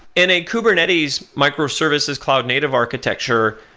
in a kubernetes microservices cloud native architecture,